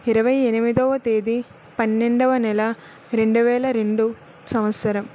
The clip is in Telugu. ఇరవైయెనిమిదవ తేదీ పన్నెండవ నెల రెండువేలరెండు సంవత్సరం